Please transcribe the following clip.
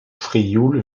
frioul